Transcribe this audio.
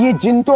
yeah genie! but